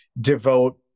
devote